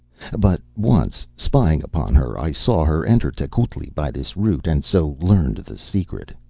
but once, spying upon her, i saw her enter tecuhltli by this route, and so learned the secret.